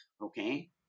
Okay